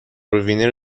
وینر